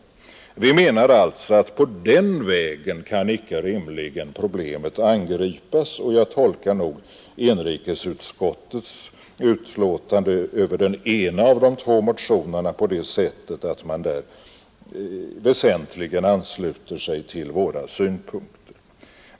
Vi motionärer menar alltså att på den vägen kan problemet icke rimligen angripas, och jag tolkar nog inrikesutskottets utlåtande över den ena av de två motionerna på det sättet, att man i det avseendet väsentligen ansluter sig till våra synpunkter.